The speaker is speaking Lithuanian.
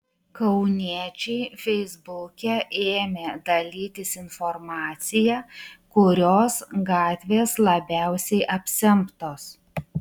kauniečiai feisbuke ėmė dalytis informacija kurios gatvės labiausiai apsemtos